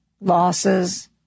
losses